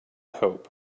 hope